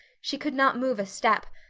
she could not move a step.